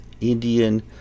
Indian